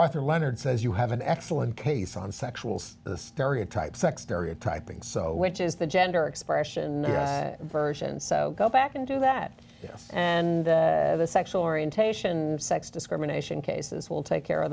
author leonard says you have an excellent case on sexual stereotypes sex stereotyping so which is the gender expression version so go back and do that and the sexual orientation sex discrimination cases will take care of